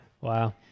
Wow